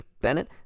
Bennett